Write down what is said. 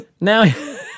Now